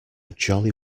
jolly